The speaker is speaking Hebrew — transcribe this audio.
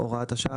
הוראת השעה,